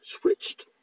switched